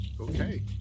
Okay